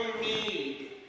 need